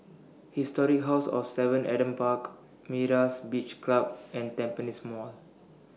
Historic House of seven Adam Park Myra's Beach Club and Tampines Mall